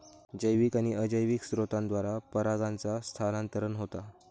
जैविक आणि अजैविक स्त्रोतांद्वारा परागांचा स्थानांतरण होता